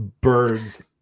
Birds